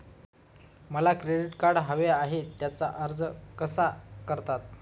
मला credit card हवे आहे त्यासाठी अर्ज कसा करतात?